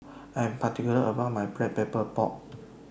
I Am particular about My Black Pepper Pork